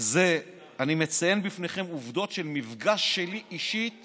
אני מציין בפניכם עובדות על מפגש אישי שלי